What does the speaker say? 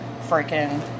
freaking